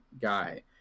guy